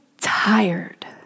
tired